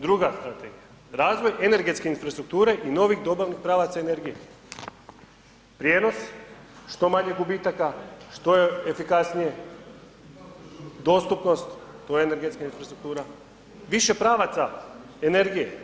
Druga strategija, razvoj energetske infrastrukture i novih dobavnih i pravaca energije, prijenos što manje gubitaka, što efikasnije, dostupnost to je energetska infrastruktura, više pravaca energije.